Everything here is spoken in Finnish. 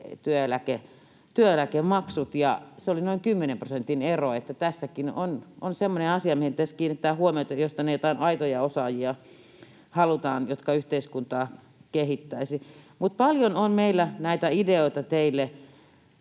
työeläkemaksut, ja se oli noin 10 prosentin ero. Tässäkin on semmoinen asia, mihin pitäisi kiinnittää huomiota, jos tänne halutaan joitain aitoja osaajia, jotka yhteiskuntaa kehittäisivät. Paljon on meillä näitä ideoita teille,